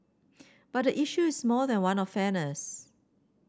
but the issue is more than one of fairness